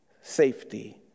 safety